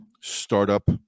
startup